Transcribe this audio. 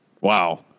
Wow